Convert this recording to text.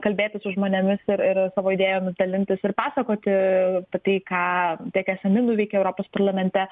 kalbėti su žmonėmis ir ir savo idėjomis dalintis ir pasakoti tai ką tiek esami nuveikė europos parlamente